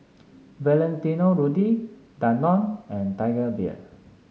Valentino Rudy Danone and Tiger Beer